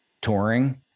touring